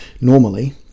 normally